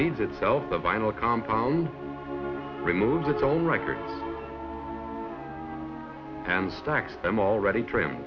feeds itself the vinyl compound removes its own record and stacks them already trai